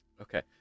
okay